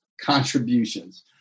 contributions